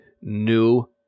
new